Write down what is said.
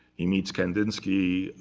he meets kandinsky.